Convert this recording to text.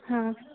हा